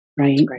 right